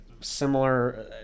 similar